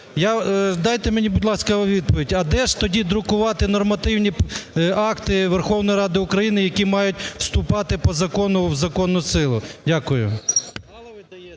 Дайте мені, будь ласка, відповідь: а де ж тоді друкувати нормативні акти Верховної Ради України, які мають вступати по закону в законну силу? Дякую.